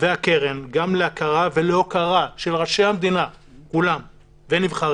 והקרן גם להכרה ולהוקרה של ראשי המדינה כולם ונבחריה